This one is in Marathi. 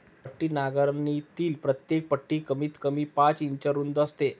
पट्टी नांगरणीतील प्रत्येक पट्टी कमीतकमी पाच इंच रुंद असते